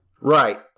Right